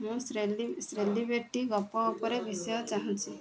ମୁଁ ସେଲି ସେଲିବ୍ରିଟି ଗପ ଉପରେ ବିଷୟ ଚାହୁଁଛି